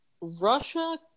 Russia